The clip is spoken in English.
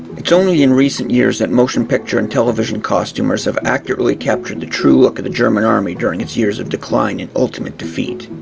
it's only in recent years that motion picture and television costumers have accurately captured the true look at the german army during its years of decline and ultimate defeat.